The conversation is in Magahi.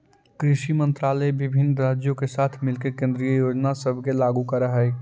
कृषि मंत्रालय विभिन्न राज्यों के साथ मिलके केंद्रीय योजना सब के लागू कर हई